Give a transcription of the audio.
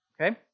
okay